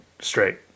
straight